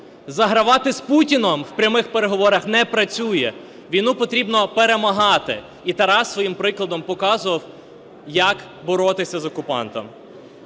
загравати з Путіним в прямих переговорах – не працює. Війну потрібно перемагати. І Тарас своїм прикладом показував, як боротися з окупантом.